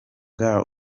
ghali